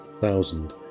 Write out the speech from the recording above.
thousand